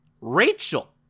Rachel